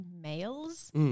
males